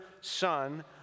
son